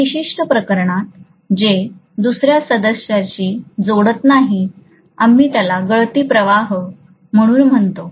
या विशिष्ट प्रकरणात जे दुसर्या सदस्याशी जोडत नाही आम्ही त्याला गळती प्रवाह म्हणून म्हणतो